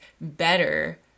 better